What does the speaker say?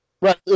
Right